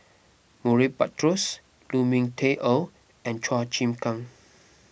Murray Buttrose Lu Ming Teh Earl and Chua Chim Kang